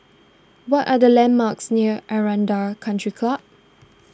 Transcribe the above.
what are the landmarks near Aranda Country Club